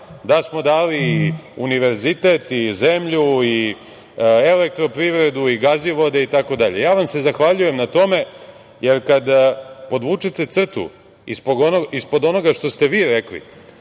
da smo dali i univerzitet i zemlju i Elektroprivredu i Gazivode itd. Zahvaljujem vas se na tome jer kada podvučete crtu ispod onoga što ste vi rekli